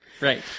Right